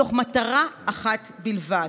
מתוך מטרה אחת בלבד: